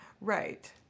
Right